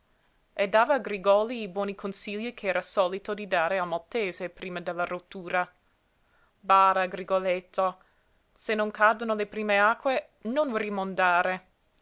no e dava a grigòli i buoni consigli ch'era solito di dare al maltese prima della rottura bada grigoletto se non cadono le prime acque non rimondare